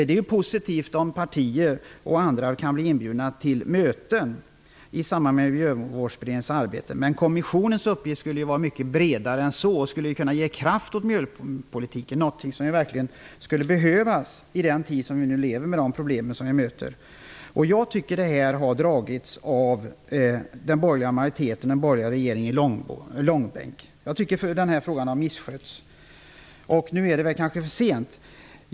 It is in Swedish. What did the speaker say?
Det är positivt om partier och andra kan bli inbjudna till möten i samband med Miljövårdsberedningens arbete, men kommissionens uppgift skulle ju vara mycket bredare än så och skulle kunna ge kraft åt miljöpolitiken, något som verkligen skulle behövas i den tid som vi nu lever i, med de problem som vi möter. Jag tycker att det här har dragits i långbänk av den borgerliga majoriteten och den borgerliga regeringen. Jag tycker att den här frågan har misskötts. Nu är det kanske för sent.